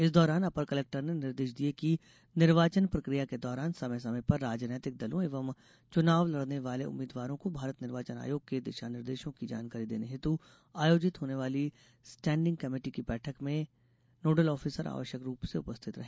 इस दौरान अपर कलेक्टर ने निर्देश दिए कि निर्वाचन प्रक्रिया के दौरान समय समय पर राजनैतिक दलों एवं चूनाव लड़ने वाले उम्मीदवारों को भारत निर्वाचन आयोग के दिशा निर्देशों की जानकारी देर्न हेतू आयोजित होने वाली स्टेडिंग कमेटी की बैठकों में नोडल ऑफिसर आवश्यक रूप से उपस्थित रहे